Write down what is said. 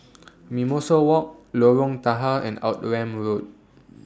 Mimosa Walk Lorong Tahar and Road